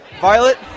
Violet